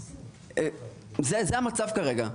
זה המצב כרגע.